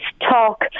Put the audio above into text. talk